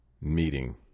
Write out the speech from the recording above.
meeting